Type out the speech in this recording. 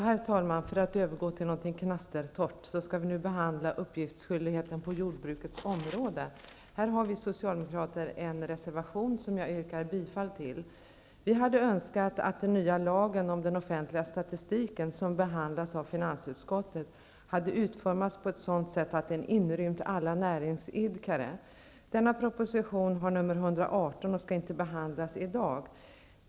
Herr talman! För att övergå till någonting knastertorrt skall vi nu behandla uppgiftsskyldigheten på jordbrukets område. Vi socialdemokrater har till detta betänkande en reservation, som jag yrkar bifall till. Vi hade önskat att den nya lagen om den offentliga statistiken, som behandlas av finansutskottet, hade utformats på ett sådant sätt att den inrymde alla näringsidkare. Den proposition som tar upp denna fråga har nummer 118 och skall inte behandlas i dag.